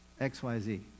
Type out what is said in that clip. xyz